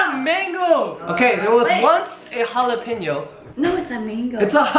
um mango? okay. there was once a jalapeno no, it's a mango. it's a